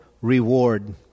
reward